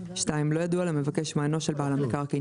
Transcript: (2)לא ידוע למבקש מענו של בעל המקרקעין